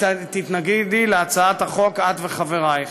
את וחברייך